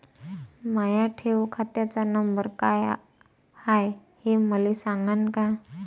माया ठेव खात्याचा नंबर काय हाय हे मले सांगान का?